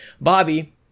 bobby